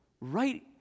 right